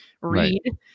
read